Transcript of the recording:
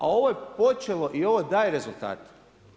A ovo je počelo i ovo daje rezultate.